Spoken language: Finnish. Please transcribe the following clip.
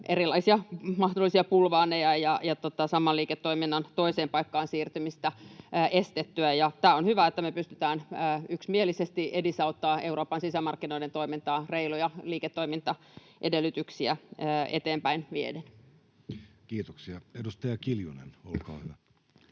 erilaisia mahdollisia bulvaaneja ja saman liiketoiminnan toiseen paikkaan siirtymistä estettyä. Tämä on hyvä, että me pystytään yksimielisesti edesauttamaan Euroopan sisämarkkinoiden toimintaa reiluja liiketoimintaedellytyksiä eteenpäin vieden. [Speech 10] Speaker: Jussi Halla-aho